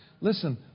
listen